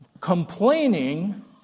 Complaining